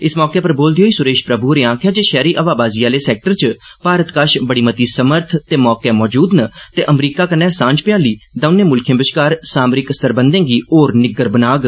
इस मौके पर बोलदे होई सुरेश प्रभु होरे आक्खेआ जे शैहरी हवाबाजी आले सैक्टर च भारत कश बड़ी मती समर्थ ते मौके मौजूद न ते अमरीका कन्नै सांझ म्याली दौनें मुल्खें बश्कार सामरिक रिश्तें गी होर निग्गर बनाग